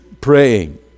praying